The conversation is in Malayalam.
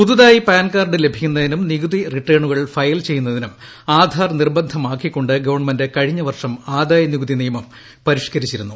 പുതുതായി പാൻ കാർഡ് ലഭിക്കുന്നതിനും നികുതി റിട്ടേണുകൾ ഫയൽ ചെയ്യുന്നതിനും ആധാർ നിർബന്ധമാക്കിക്കൊണ്ട് ഗവൺമെന്റ് കഴിഞ്ഞവർഷം ആദായ നികുതി നിയമം പരിഷ്ക്കരിച്ചിരുന്നു